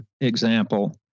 example